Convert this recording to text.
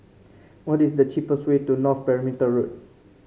what is the cheapest way to North Perimeter Road